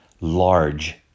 large